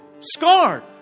Scarred